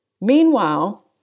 Meanwhile